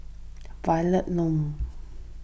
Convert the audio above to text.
Violet Lon